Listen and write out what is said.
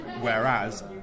Whereas